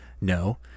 no